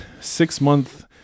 six-month